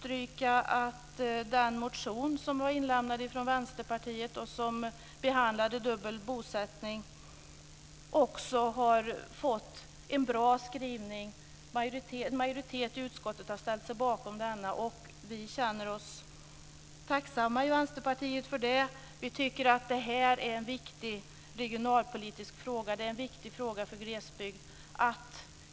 Ytterligare en fråga som rör företagande och medarbetarnas lön, som vi har lyft fram i motioner, är personaloptioner. Det är också ett exempel på hur företag i tider av hög rörlighet kan knyta till sig kompetenta medarbetare.